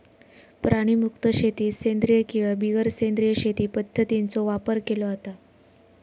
प्राणीमुक्त शेतीत सेंद्रिय किंवा बिगर सेंद्रिय शेती पध्दतींचो वापर केलो जाता